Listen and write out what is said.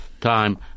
time